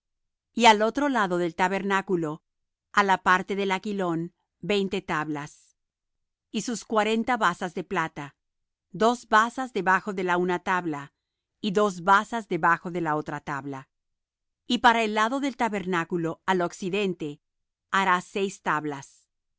y al otro lado del tabernáculo á la parte del aquilón veinte tablas y sus cuarenta basas de plata dos basas debajo de la una tabla y dos basas debajo de la otra tabla y para el lado del tabernáculo al occidente harás seis tablas